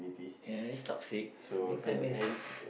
yeah it's toxic is toxic